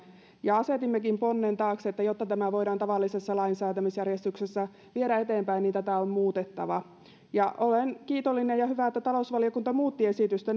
ja asetimmekin ponnen taakse että jotta tämä voidaan tavallisessa lainsäätämisjärjestyksessä viedä eteenpäin niin tätä on muutettava olen kiitollinen ja on hyvä että talousvaliokunta muutti esitystä